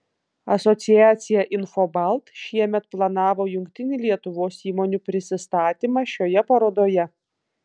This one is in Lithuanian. asociacija infobalt šiemet planavo jungtinį lietuvos įmonių prisistatymą šioje parodoje